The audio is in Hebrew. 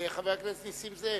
חבר הכנסת נסים זאב.